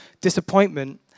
disappointment